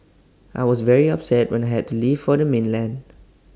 I was very upset when I had to leave for the mainland